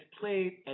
played